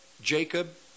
Jacob